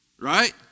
Right